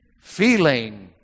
feeling